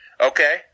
Okay